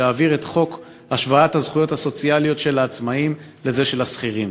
להעביר את חוק השוואת הזכויות הסוציאליות של העצמאים לאלה של השכירים.